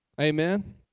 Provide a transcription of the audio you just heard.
Amen